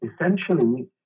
essentially